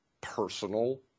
personal